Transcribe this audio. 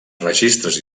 registres